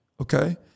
Okay